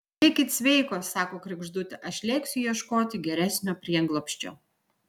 likit sveikos sako kregždutė aš lėksiu ieškoti geresnio prieglobsčio